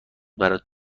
برات